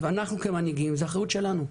אנחנו כמנהיגים, זה אחריות שלנו.